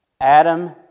Adam